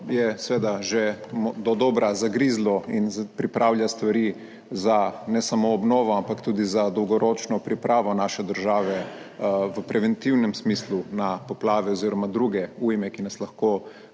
je seveda že dodobra zagrizlo in pripravlja stvari za, ne samo obnovo, ampak tudi za dolgoročno pripravo naše države v preventivnem smislu na poplave oziroma druge ujme, ki nas lahko